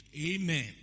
Amen